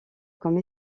comme